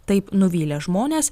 taip nuvylė žmones